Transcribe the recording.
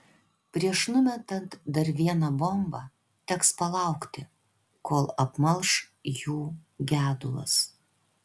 prieš numetant dar vieną bombą teks palaukti kol apmalš jų gedulas